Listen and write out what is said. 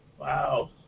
Wow